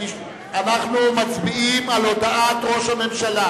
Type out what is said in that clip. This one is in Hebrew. אנחנו מצביעים על הודעת ראש הממשלה: